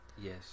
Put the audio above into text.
Yes